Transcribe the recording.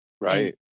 right